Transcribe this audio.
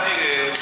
עובדה.